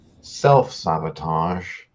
self-sabotage